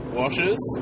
washes